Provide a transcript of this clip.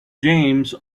james